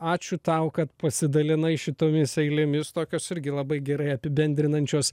ačiū tau kad pasidalinai šitomis eilėmis tokios irgi labai gerai apibendrinančios